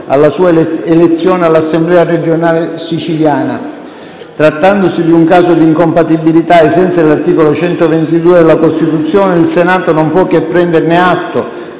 alla sua elezione all'Assemblea regionale siciliana. Trattandosi di un caso d'incompatibilità ai sensi dell'articolo 122 della Costituzione, il Senato non può che prenderne atto.